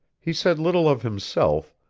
he said little of himself,